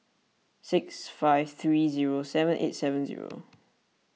six five three zero seven eight seven zero